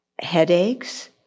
headaches